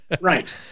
Right